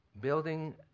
Building